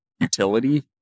utility